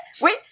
Wait